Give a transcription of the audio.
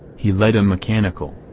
he led a mechanical,